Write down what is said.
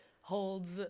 holds